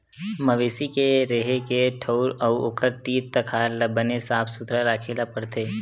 मवेशी के रेहे के ठउर अउ ओखर तीर तखार ल बने साफ सुथरा राखे ल परथे